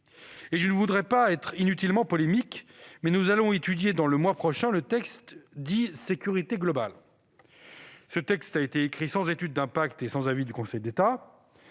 Je ne voudrais pas être inutilement polémique, mais nous allons étudier le mois prochain la proposition de loi relative à la sécurité globale. Ce texte a été écrit sans étude d'impact et sans avis du Conseil d'État.